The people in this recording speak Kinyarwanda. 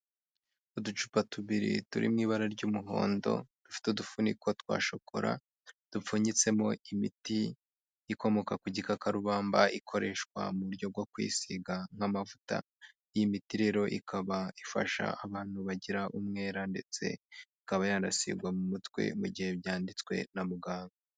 Uducupa tubiri turi mw’ibara ry'umuhondo dufite udufuniko twa shokora dupfunyitsemo imiti ikomoka ku gikarubamba ikoreshwa mu buryo bwo kwisiga nk'amavuta iyi miti rero ikaba ifasha abantu bagira umwera ndetse ikaba yanasigwa mu mutwe mu gihe byanditswe na muganga.